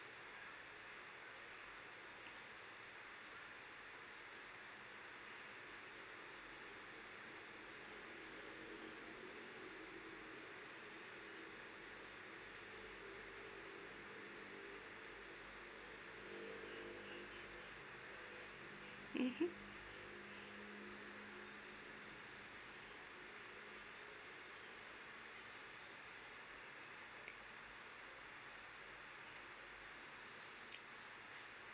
mmhmm